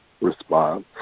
response